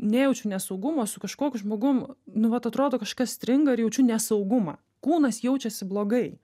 nejaučiu nesaugumo su kažkokiu žmogum nu vat atrodo kažkas stringa ir jaučiu nesaugumą kūnas jaučiasi blogai